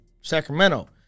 Sacramento